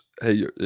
Hey